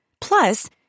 Plus